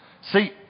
See